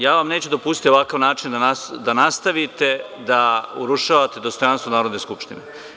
Ja vam neću dopustiti na ovakav način da nastavite da urušavate dostojanstvo Narodne skupštine.